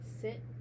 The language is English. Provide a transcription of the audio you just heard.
sit